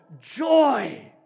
joy